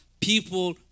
people